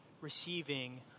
receiving